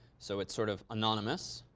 so it's sort of anonymous.